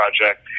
project